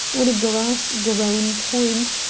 on a grass-grown point,